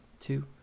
two